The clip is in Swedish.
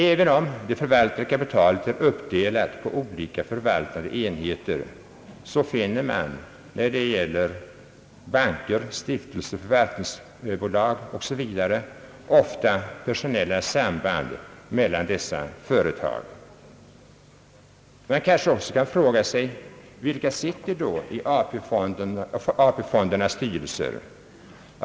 även om det förvaltade kapitalet är uppdelat på olika förvaltande enheter, så finner man, när det gäller banker, stiftelser, förvaltningsbolag osv. ofta personella samband mellan dessa företag. Man kanske också kan fråga sig: Vilka sitter då i AP-fondernas styrelse?